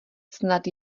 snad